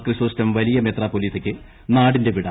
ക്രിസോസ്റ്റം വലിയ മെത്രാപൊലീത്തയ്ക്ക് നാടിന്റെ വിട